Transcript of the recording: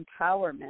empowerment